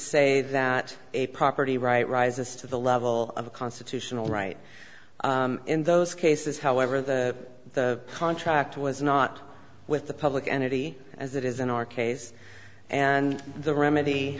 say that a property right rises to the level of a constitutional right in those cases however the contract was not with the public entity as it is in our case and the remedy